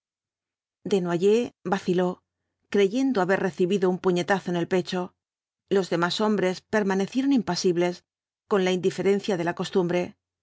desnoyers vaciló creyendo haber recibido un puñetazo en el pecho los demás hombres permanecieron impasibles con la indiferencia de la costumbre